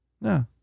No